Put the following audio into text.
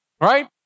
Right